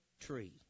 tree